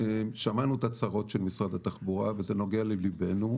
שמענו את הצרות של משרד התחבורה וזה נוגע לליבנו,